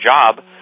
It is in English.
job